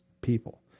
people